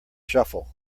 shuffle